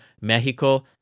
Mexico